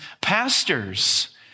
pastors